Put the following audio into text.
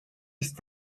ist